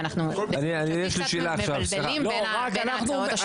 ואתם קצת מבלבלים בין ההצעות השונות.